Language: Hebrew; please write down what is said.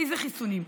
איזה חיסונים?